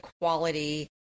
quality